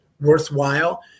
worthwhile